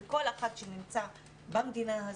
וכל אחד שנמצא במדינה הזו,